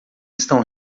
estão